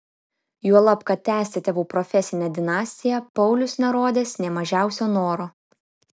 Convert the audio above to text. juolab kad tęsti tėvų profesinę dinastiją paulius nerodęs nė mažiausio noro